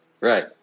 right